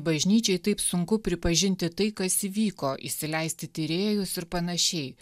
bažnyčiai taip sunku pripažinti tai kas įvyko įsileisti tyrėjus ir panašiai